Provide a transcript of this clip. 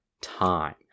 time